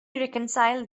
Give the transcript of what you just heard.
reconcile